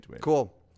Cool